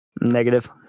Negative